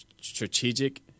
strategic